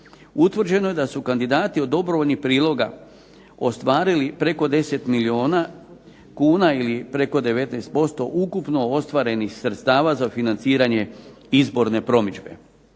utvrđeno je da su kandidati od dobrovoljnih priloga ostvarili preko 10 milijuna kuna ili preko 19% ukupno ostvarenih sredstava za financiranje izborne promidžbe.